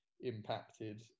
impacted